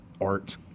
art